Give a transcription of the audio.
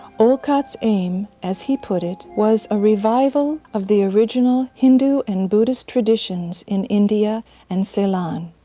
olcott's aim, as he put it, was a revival of the original hindu and buddhist traditions in india and ceylon.